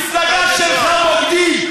המפלגה שלך בוגדים.